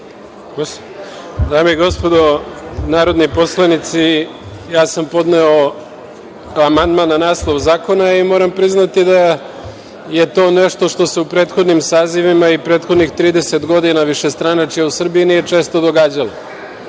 Dame i gospodo narodni poslanici, ja sam podneo amandman na naslov zakona i moram priznati da je to nešto što se u prethodnim sazivima i prethodnih 30 godina višestranačja u Srbiji nije često događalo.Međutim,